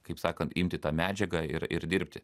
kaip sakant imti tą medžiagą ir ir dirbti